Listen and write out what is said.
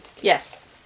Yes